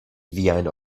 viajn